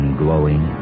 glowing